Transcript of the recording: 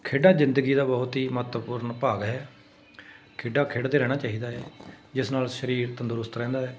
ਖੇਡਾਂ ਜ਼ਿੰਦਗੀ ਦਾ ਬਹੁਤ ਹੀ ਮਹੱਤਵਪੂਰਨ ਭਾਗ ਹੈ ਖੇਡਾਂ ਖੇਡਦੇ ਰਹਿਣਾ ਚਾਹੀਦਾ ਹੈ ਜਿਸ ਨਾਲ ਸਰੀਰ ਤੰਦਰੁਸਤ ਰਹਿੰਦਾ ਹੈ